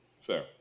Fair